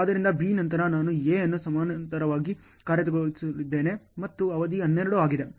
ಆದ್ದರಿಂದ B ನಂತರ ನಾನು A ಅನ್ನು ಸಮಾನಾಂತರವಾಗಿ ಕಾರ್ಯಗತಗೊಳಿಸುತ್ತಿದ್ದೇನೆ ಮತ್ತು ಅವಧಿ 12 ಆಗಿದೆ